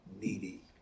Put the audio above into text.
needy